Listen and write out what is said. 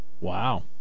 Wow